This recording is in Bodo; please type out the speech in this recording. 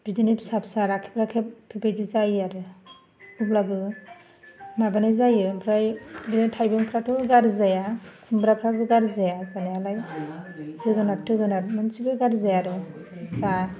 बिदिनो फिसा फिसा राखेब राखेब बेबायदि जायो आरो अब्लाबो माबानाय जायो ओमफ्राय बे थायबेंफ्राथ' गाज्रि जाया खुमब्राफ्राबो गाज्रि जाया जानायालाय जोगोनार थोगोनार मोनसेबो गाज्रि जाया आरो जा